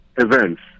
events